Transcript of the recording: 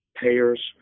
payers